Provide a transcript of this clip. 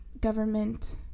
government